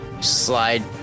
slide